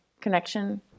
connection